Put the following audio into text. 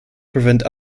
prevent